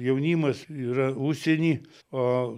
jaunimas yra užsieny o